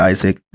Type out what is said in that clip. Isaac